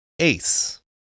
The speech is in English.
ACE